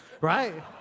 right